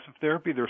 therapy